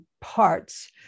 parts